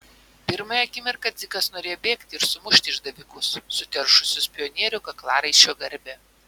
pirmąją akimirką dzikas norėjo bėgti ir sumušti išdavikus suteršusius pionierių kaklaraiščio garbę